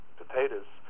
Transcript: potatoes